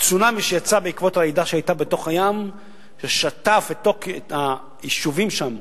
הצונאמי שיצא בעקבות הרעידה שהיתה בתוך הים שטף את היישובים שם.